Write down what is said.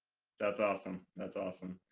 that's awesome. that's awesome.